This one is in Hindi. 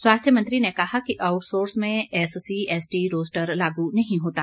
स्वास्थ्य मंत्री ने कहा कि आउटसोर्स में एससी एसटी रोस्टर लागू नहीं होता